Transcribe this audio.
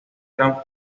gran